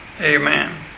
Amen